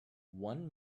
one